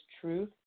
truth